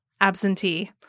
absentee